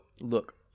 look